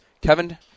Kevin